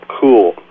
cool